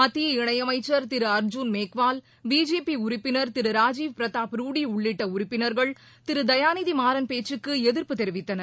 மத்திய இணை அமைச்சர் திரு அர்ஜூன் மேக்வால் பிஜேபி உறுப்பினர் திரு ராஜீவ் பிரதாப் ருடி உள்ளிட்ட உறுப்பினர்கள் திரு தயாநிதிமாறன் பேச்சுக்கு எதிர்ப்பு தெரிவித்தனர்